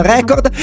Record